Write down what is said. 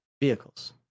vehicles